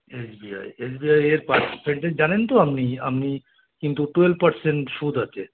S B I S B আইয়ের percentage জানেন তো আপনি আপনি কিন্তু টুয়েলভ পার্সেন্ট সুদ আছে